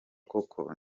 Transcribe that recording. koko